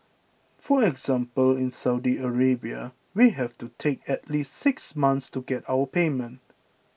for example in Saudi Arabia we have to take at least six months to get our payment